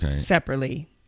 separately